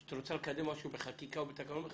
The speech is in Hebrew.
כשאת רוצה לקדם משהו בחקיקה ובתקנון,